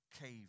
cave